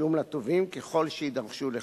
ותשלום לתובעים, ככל שיידרשו לכך.